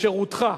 לשירותך.